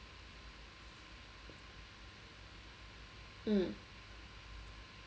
mm